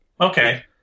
Okay